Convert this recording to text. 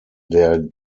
der